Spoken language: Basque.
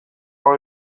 hau